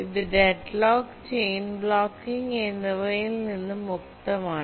ഇത് deadlock chain blocking എന്നിവയിൽ നിന്ന് മുക്തമാണ്